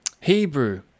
Hebrew